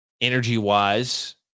energy-wise